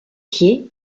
pieds